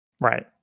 Right